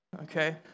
Okay